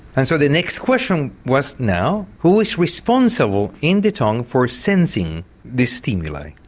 and so the next question was now who is responsible in the tongue for sensing this stimuli.